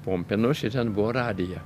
pumpėnus ir ten buvo radija